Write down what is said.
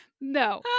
no